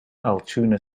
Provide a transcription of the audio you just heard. altoona